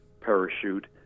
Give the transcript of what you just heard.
parachute